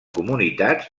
comunitats